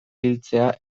hiltzea